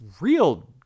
real